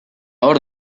hor